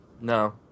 No